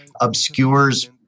obscures